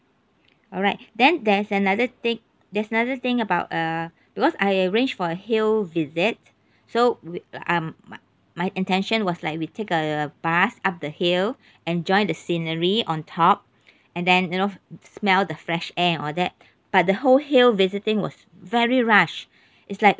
alright then there's another thing there's another thing about err because I arranged for hill visit so with um my my intention was like we take a bus up the hill enjoy the scenery on top and then you know smell the fresh air and all that but the whole hill visiting was very rushed it's like